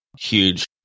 huge